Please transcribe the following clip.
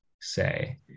say